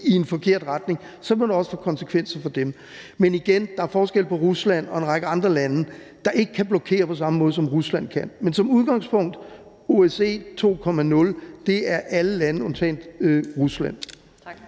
i en forkert retning, må det også få konsekvenser for dem. Men igen vil jeg sige, at der er forskel på Rusland og en række andre lande, der ikke kan blokere på samme måde, som Rusland kan. Men som udgangspunkt består OSCE 2.0 af alle lande undtagen Rusland.